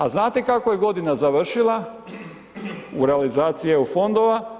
A znate kako je godina završila, u realizaciji EU fondova?